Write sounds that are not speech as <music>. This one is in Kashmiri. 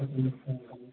<unintelligible>